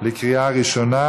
התשע"ט 2019, בקריאה ראשונה.